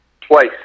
Twice